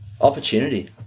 Opportunity